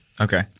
Okay